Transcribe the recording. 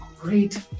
great